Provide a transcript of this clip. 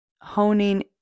honing